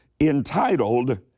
entitled